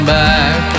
back